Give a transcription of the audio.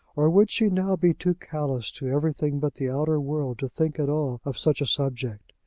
or would she now be too callous to everything but the outer world to think at all of such a subject?